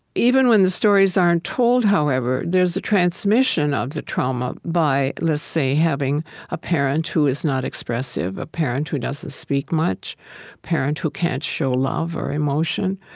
even when the stories aren't told, however, there's a transmission of the trauma by, let's say, having a parent who is not expressive, a parent who doesn't speak much, a parent who can't show love or emotion,